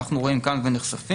אנחנו רואים כאן ונחשפים.